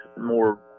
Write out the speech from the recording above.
more